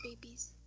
babies